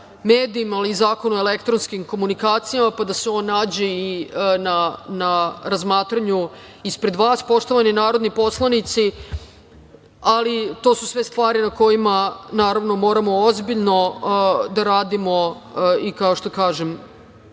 medijima, ali i Zakon o elektronskim komunikacijama, pa da se on nađe i na razmatranju ispred vas, poštovani narodni poslanici, ali to su sve stvari na kojima naravno moramo ozbiljno da radimo i kao što kažem